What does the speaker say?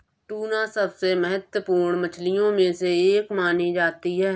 tuna सबसे महत्त्वपूर्ण मछलियों में से एक मानी जाती है